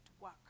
work